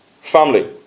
Family